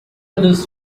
others